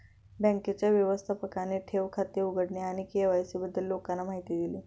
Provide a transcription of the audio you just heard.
बँकेच्या व्यवस्थापकाने ठेव खाते उघडणे आणि के.वाय.सी बद्दल लोकांना माहिती दिली